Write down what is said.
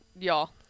Y'all